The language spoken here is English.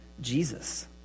Jesus